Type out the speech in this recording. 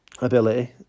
ability